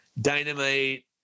Dynamite